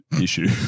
issue